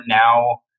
Now